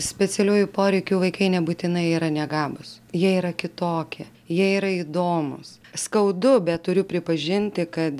specialiųjų poreikių vaikai nebūtinai yra negabūs jie yra kitokie jie yra įdomūs skaudu bet turiu pripažinti kad